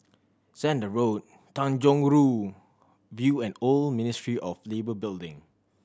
Zehnder Road Tanjong Rhu View and Old Ministry of Labour Building